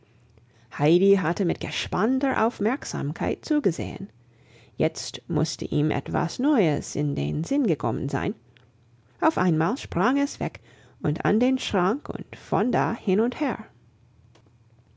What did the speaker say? heidi hatte mit gespannter aufmerksamkeit zugesehen jetzt musste ihm etwas neues in den sinn gekommen sein auf einmal sprang es weg und an den schrank und von da hin und her